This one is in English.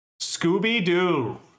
scooby-doo